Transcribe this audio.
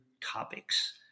topics